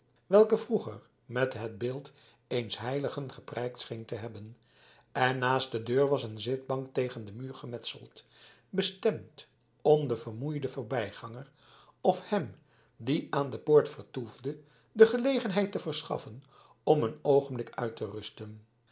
welke vroeger met het beeld eens heiligen geprijkt scheen te hebben en naast de deur was een zitbank tegen den muur gemetseld bestemd om den vermoeiden voorbijganger of hem die aan de poort vertoefde de gelegenheid te verschaffen om een oogenblik uit te rusten